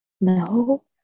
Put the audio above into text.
No